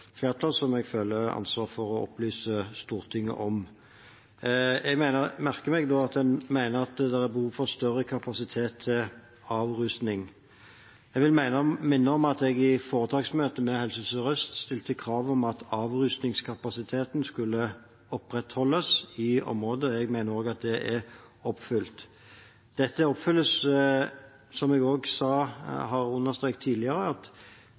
flertall, som jeg føler ansvar for å opplyse Stortinget om. Jeg merker meg at en mener det er behov for større kapasitet til avrusning. Jeg vil minne om at jeg i foretaksmøtet med Helse Sør-Øst stilte krav om at avrusningskapasiteten skulle opprettholdes i området. Jeg mener også at det er oppfylt. Dette oppfylles, som jeg også har understreket tidligere, ved at